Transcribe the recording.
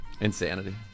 Insanity